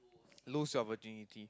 lose your virginity